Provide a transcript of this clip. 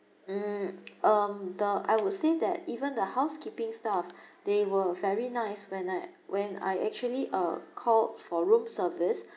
mm um the I would say that even the housekeeping staff they were very nice when I when I actually uh called for room service